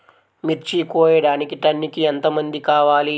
మిర్చి కోయడానికి టన్నుకి ఎంత మంది కావాలి?